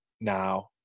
now